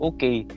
Okay